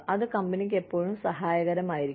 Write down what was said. അത് കമ്പനിക്ക് എപ്പോഴും സഹായകരമായിരിക്കും